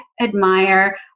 admire